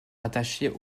rattachée